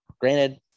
granted